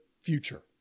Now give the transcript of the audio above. future